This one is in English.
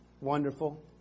Wonderful